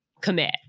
commit